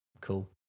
cool